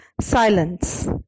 silence